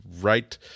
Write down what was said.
right